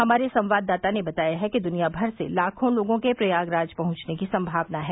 हमारे संवाददाता ने बताया है कि दुनियामर से लाखों लोगों के प्रयागराज पहुंचने की संभावना है